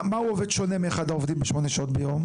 מה הוא עובד שונה מאחד העובדים בשמונה שעות ביום?